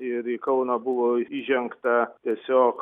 ir į kauną buvo įžengta tiesiog